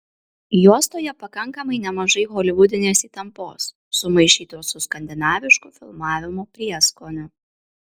juostoje pakankamai nemažai holivudinės įtampos sumaišytos su skandinavišku filmavimo prieskoniu